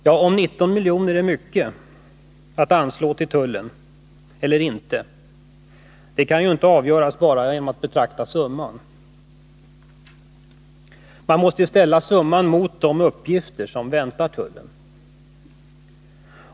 Ja, men om 19 milj.kr. i ytterligare anslag till tullen är mycket eller inte kan inte avgöras bara genom att man betraktar summan, utan man måste ställa den summan emot de uppgifter som väntar tullen.